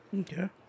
Okay